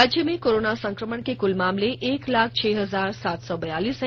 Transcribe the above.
राज्य में कोरोना संक्रमण के कल मामले एक लाख छह हजार सात सौ बयालिस हैं